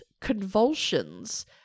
convulsions